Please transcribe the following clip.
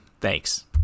Thanks